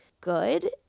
good